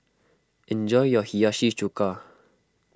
enjoy your Hiyashi Chuka